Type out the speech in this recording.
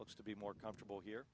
looks to be more comfortable here